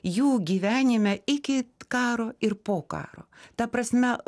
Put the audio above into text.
jų gyvenime iki karo ir po karo ta prasme